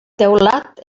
teulat